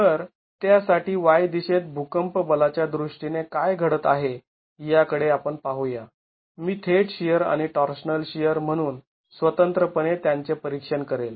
तर त्यासाठी y दिशेत भूकंप बलाच्या दृष्टीने काय घडत आहे याकडे आपण पाहूया मी थेट शिअर आणि टॉर्शनल शिअर म्हणून स्वतंत्रपणे त्यांचे परीक्षण करेल